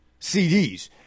CDs